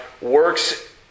works